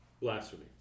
Blasphemy